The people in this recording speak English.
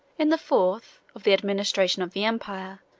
in the fourth, of the administration of the empire,